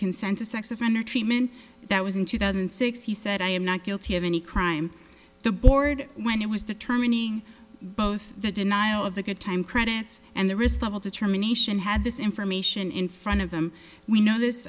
consent to sex offender treatment that was in two thousand and six he said i am not guilty of any crime the board when it was determining both the denial of the good time credits and the risk level determination had this information in front of them we kno